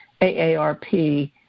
AARP